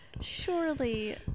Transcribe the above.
Surely